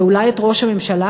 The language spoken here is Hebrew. ואולי גם את ראש הממשלה,